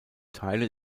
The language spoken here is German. teile